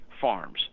farms –